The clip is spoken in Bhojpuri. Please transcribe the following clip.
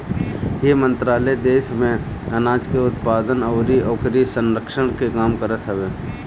इ मंत्रालय देस में आनाज के उत्पादन अउरी ओकरी संरक्षण के काम करत हवे